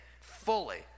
fully